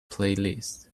playlist